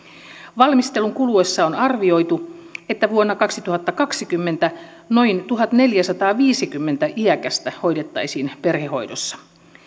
valmistelun kuluessa on arvioitu että vuonna kaksituhattakaksikymmentä noin tuhatneljäsataaviisikymmentä iäkästä hoidettaisiin perhehoidossa